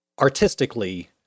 artistically